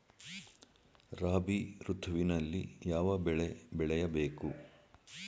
ರಾಬಿ ಋತುವಿನಲ್ಲಿ ಯಾವ ಬೆಳೆ ಬೆಳೆಯ ಬೇಕು?